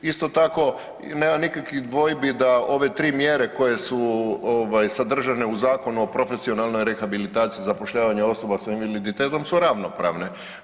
Isto tako nema nikakvih dvojbi da ove tri mjere koje su sadržane u Zakonu o profesionalnoj rehabilitaciji, zapošljavanja osoba sa invaliditetom su ravnopravne.